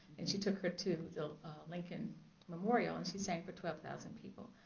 and she took her to the lincoln memorial and she sang for twelve thousand people.